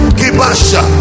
kibasha